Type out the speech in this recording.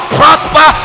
prosper